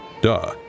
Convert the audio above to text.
duh